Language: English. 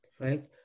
right